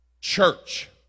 church